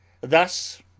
thus